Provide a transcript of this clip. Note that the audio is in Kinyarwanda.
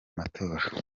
matora